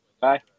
Bye